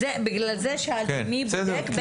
בגלל זה שאלתי מי בודק.